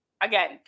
again